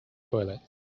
toilets